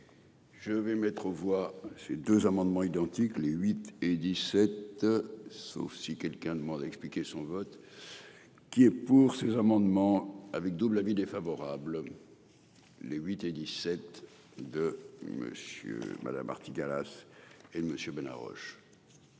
Je vais mettre aux voix, ces deux amendements identiques, les 8 et 17. Sauf si quelqu'un demande, a expliqué son vote. Qui est pour ces amendements avec double avis défavorable. Les 8 et 17 de monsieur madame